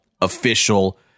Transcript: official